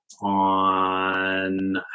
on